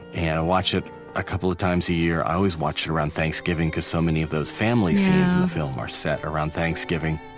and i watch it a couple of times a year. i always watch it around thanksgiving, because so many of those family scenes in the film are set around thanksgiving